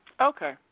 Okay